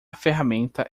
ferramenta